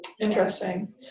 Interesting